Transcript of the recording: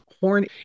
Horn